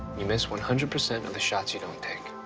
you miss one hundred percent of the shots you don't take.